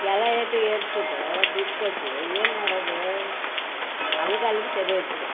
ಎಲ್ಲ ರೇಟು ಏರಿಸಿಬಿಟ್ಟು ದುಡ್ಡು ಕೊಟ್ಟು ಏನು ಮಾಡೋದು ಅಲ್ಗಲ್ಲಿಗೆ ಸರಿ ಓಯ್ತದೆ